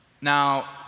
Now